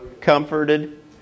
comforted